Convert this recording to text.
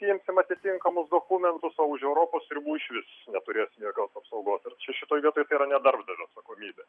imsim atitinkamus dokumentus o už europos ribų išvis neturės jokios apsaugos ir čia šitoj vietoj yra ne darbdavio atsakomybė